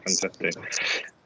fantastic